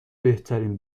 بهترین